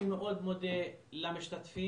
אני מאוד מודה למשתתפים,